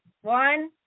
One